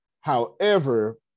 However-